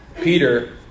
Peter